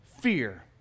fear